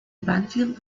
banfield